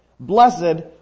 Blessed